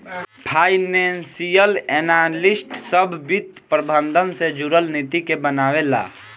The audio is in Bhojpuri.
फाइनेंशियल एनालिस्ट सभ वित्त प्रबंधन से जुरल नीति के बनावे ला